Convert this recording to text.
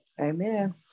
Amen